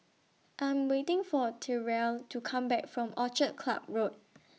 I Am waiting For Terell to Come Back from Orchid Club Road